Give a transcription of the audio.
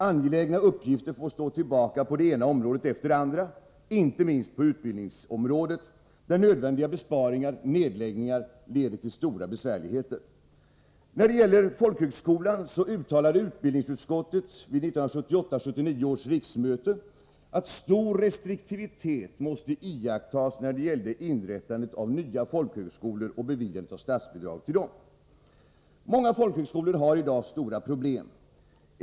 Angelägna uppgifter på det ena området efter det andra får stå tillbaka — inte minst på utbildningsområdet, där nödvändiga besparingar och nedläggningar leder till stora besvärligheter. Under 1978/79 års riksmöte uttalade man från utbildningsutskottets sida att stor restriktivitet måste iakttas när det gällde inrättandet av nya folkhögskolor och beviljandet av statsbidrag till dessa. Många folkhögskolor har i dag stora problem.